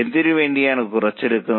എന്തിനുവേണ്ടിയാണ് കുറച്ച് എടുക്കുന്നത്